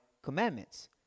commandments